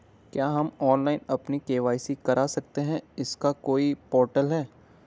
क्या हम ऑनलाइन अपनी के.वाई.सी करा सकते हैं इसका कोई पोर्टल है?